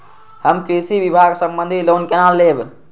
हम कृषि विभाग संबंधी लोन केना लैब?